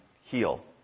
heal